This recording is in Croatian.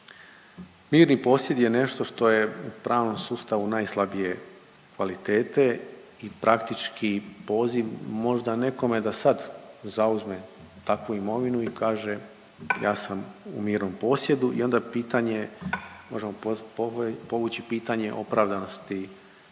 Mirni posjed je nešto što je u pravnom sustavu najslabije kvalitete i praktički poziv možda nekome da sad zauzme takvu imovinu i kaže ja sam u mirnom posjedu i onda pitanje možemo povući pitanje opravdanosti